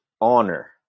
honor